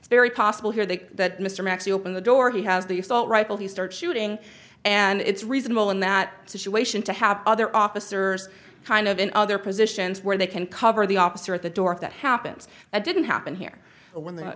it's very possible here that mr x you open the door he has the assault rifle you start shooting and it's reasonable in that situation to have other officers kind of in other positions where they can cover the officer at the door if that happens that didn't happen here when the